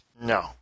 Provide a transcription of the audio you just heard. No